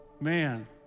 Man